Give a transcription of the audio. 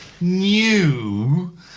new